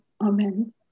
amen